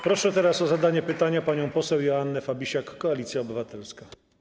Proszę teraz o zadanie pytania panią poseł Joannę Fabisiak, Koalicja Obywatelska.